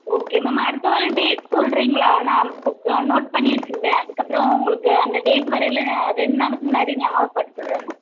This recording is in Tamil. ஓகே மேம் அடுத்த வாரம் டேட் சொல்கிறீங்களா நான் புக் நோட் பண்ணி வச்சுக்கிறேன் அதுக்கு அப்புறம் உங்களுக்கு அந்த டேட் வரையில் ரெண்டு நாளுக்கு முன்னாடி ஞாபகபடுத்துகிறேன் மேம்